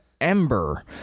ember